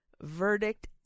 verdict